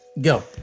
Go